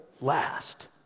last